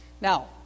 Now